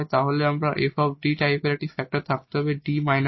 তাহলে 𝑓 𝐷 টাইপের একটি ফ্যাক্টর থাকতে হবে 𝐷 𝑎